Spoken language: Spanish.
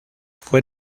fue